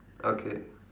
okay